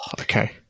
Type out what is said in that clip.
Okay